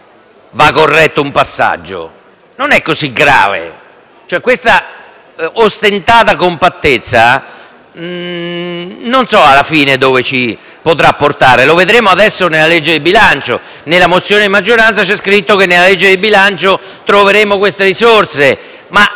va corretto, non è così grave. Ma questa ostentata compattezza, non so alla fine dove ci potrà portare. Lo vedremo adesso, nella legge di bilancio: nella mozione di maggioranza è scritto che nella legge di bilancio troveremo queste risorse.